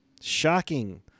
shocking